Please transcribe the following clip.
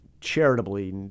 charitably